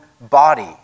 body